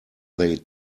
they